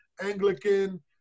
Anglican